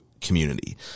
community